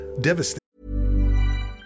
devastating